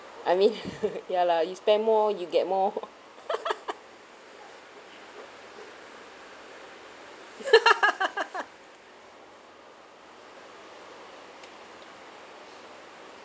I mean ya lah you spend more you get more